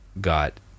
got